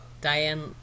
diane